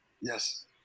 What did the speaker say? Yes